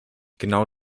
genau